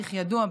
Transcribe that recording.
בתאריך ידוע,